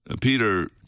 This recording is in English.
Peter